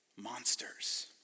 monsters